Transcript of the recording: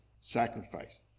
sacrifice